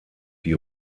die